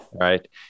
right